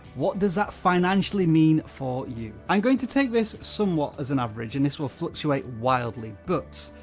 what does that financially mean for you? i'm going to take this somewhat as an average and this will fluctuate wildly books.